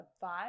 five